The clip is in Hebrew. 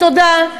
תודה.